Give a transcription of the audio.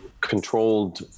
controlled